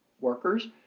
workers